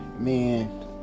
man